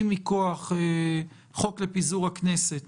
אם מכוח חוק לפיזור הכנסת